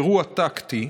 אירוע טקטי,